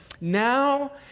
Now